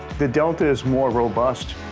the delta is more robust.